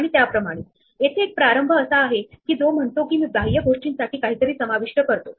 आता क्यू बराच काळ रिकामी नाही तेव्हा आपण क्यू मधून एक एलिमेंट पॉप करू